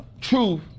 Truth